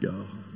God